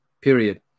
period